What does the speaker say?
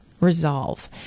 resolve